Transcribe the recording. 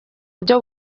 byo